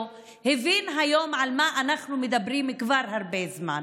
הבין היום על מה אנחנו מדברים כבר הרבה זמן.